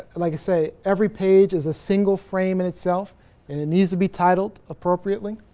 like i say, every page is a single frame in itself and it needs to be titled appropriately.